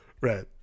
Right